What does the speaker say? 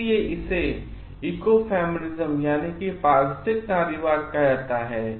इसलिए इसे इकोफेमिनिज्म कहा जाता है